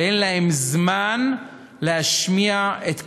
ואין להם זמן להשמיע את קולם,